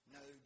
no